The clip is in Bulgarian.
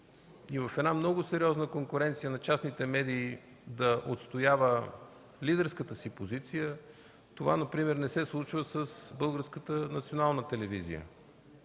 и в една много сериозна конкуренция на частните медии да отстоява лидерската си позиция, това например не се случва с Българската национална телевизия.